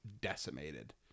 decimated